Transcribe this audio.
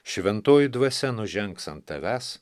šventoji dvasia nužengs ant tavęs